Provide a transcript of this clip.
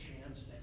chance